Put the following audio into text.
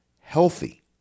healthy